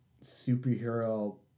superhero